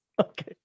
Okay